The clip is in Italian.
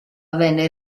venne